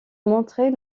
montrer